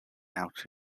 out